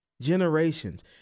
Generations